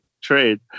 trade